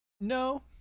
No